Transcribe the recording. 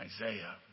Isaiah